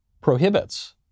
prohibits